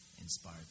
inspired